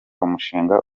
umushinga